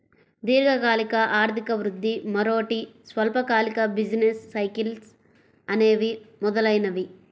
దీర్ఘకాలిక ఆర్థిక వృద్ధి, మరోటి స్వల్పకాలిక బిజినెస్ సైకిల్స్ అనేవి ప్రధానమైనవి